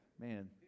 Man